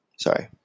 Sorry